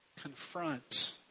confront